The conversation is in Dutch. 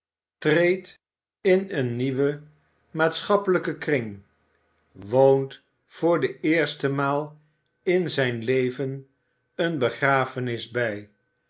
treedt in ben nieuwen maatschappelijken kring woont voor de eerste maal in zijn leven eene begrafenis bij